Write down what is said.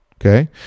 okay